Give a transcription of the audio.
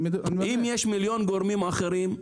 אם יש מיליון גורמים אחרים,